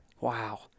wow